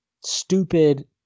stupid